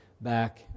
back